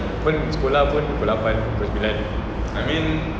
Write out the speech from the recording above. pun sekolah pun pukul lapan pukul sembilan